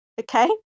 okay